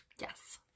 Yes